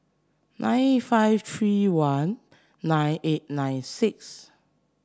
nine five three one nine eight nine six